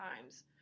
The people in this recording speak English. times